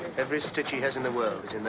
every stitch he has in the world